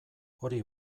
hori